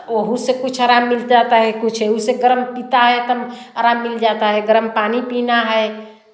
तो ओहू से कुछ आराम मिल जाता है एहू से गर्म पीता है तम आराम मिल जाता है गर्म पानी पीना है